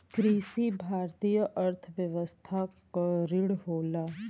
कृषि भारतीय अर्थव्यवस्था क रीढ़ होला